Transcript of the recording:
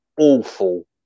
awful